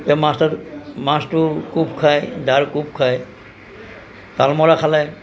তে মাছটো কোব খাই দাৰ কোব খাই তাল মৰা খালে